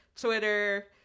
Twitter